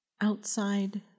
Outside